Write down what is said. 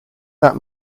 that